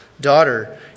Daughter